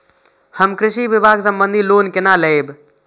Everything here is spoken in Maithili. हम कृषि विभाग संबंधी लोन केना लैब?